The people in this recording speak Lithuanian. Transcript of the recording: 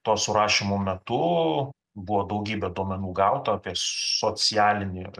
to surašymo metu buvo daugybė duomenų gauta apie socialinį